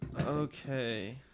Okay